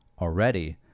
already